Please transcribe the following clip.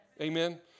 amen